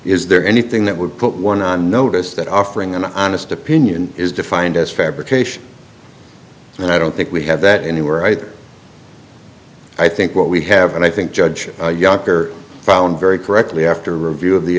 is there anything that would put one on notice that offering an honest opinion is defined as fabrication and i don't think we have that anywhere either i think what we have and i think judge yacc are found very correctly after a review of the